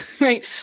right